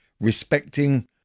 Respecting